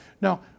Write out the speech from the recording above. Now